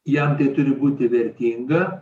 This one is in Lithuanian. jam tai turi būti vertinga